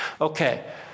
Okay